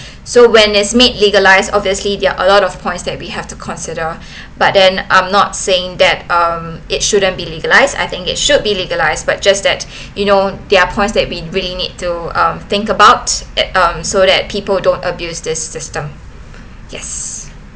so when is made legalise obviously there are a lot of points that we have to consider but then I'm not saying that um it shouldn't be legalised I think it should be legalised but just that you know there're points that we really need to think about um so that people don't abuse this system yes